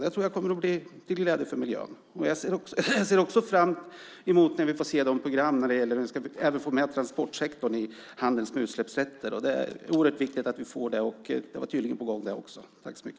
Det kommer att bli till glädje för miljön. Jag ser också fram emot när vi får se de program som även tar med transportsektorn i handeln med utsläppsrätter. Det är oerhört viktigt, och det var tydligen också på gång.